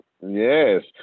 Yes